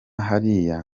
hariya